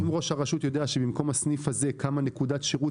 אם ראש הרשות יודע שבמקום הסניף הזה קמה נקודת שירות,